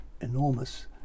enormous